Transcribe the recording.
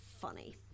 funny